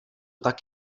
tak